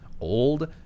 old